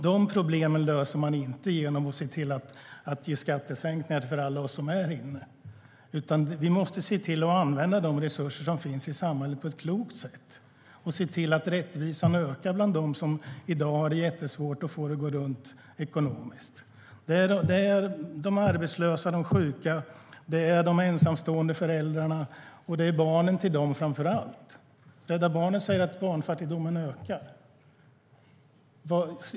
De problemen löser man inte genom att se till att ge skattesänkningar åt alla oss här inne. Vi måste se till att använda de resurser som finns i samhället på ett klokt sätt och se till att rättvisan ökar bland dem som i dag har det jättesvårt att få det att gå runt ekonomiskt. Det är de arbetslösa, de sjuka och de ensamstående föräldrarna - och framför allt deras barn. Rädda Barnen säger att barnfattigdomen ökar.